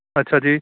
ਅੱਛਾ ਜੀ